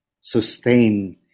sustain